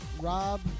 Rob